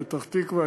פתח-תקווה,